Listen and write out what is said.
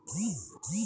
IMPS কি?